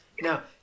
Now